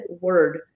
word